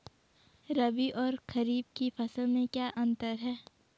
रबी और खरीफ की फसल में क्या अंतर है?